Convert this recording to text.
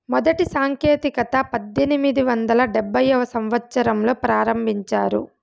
మొదటి సాంకేతికత పద్దెనిమిది వందల డెబ్భైవ సంవచ్చరంలో ప్రారంభించారు